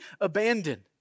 abandoned